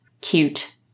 cute